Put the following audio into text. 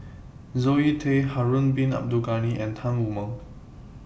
Zoe Tay Harun Bin Abdul Ghani and Tan Wu Meng